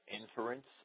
inference